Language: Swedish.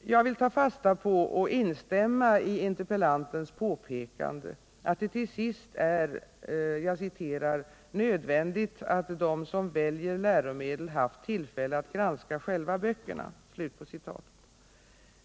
Jag vill ta fasta på och instämma i interpellantens påpekande att det till sist är ”nödvändigt att de som väljer läromedel haft tillfälle att granska själva böckerna”.